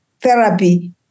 therapy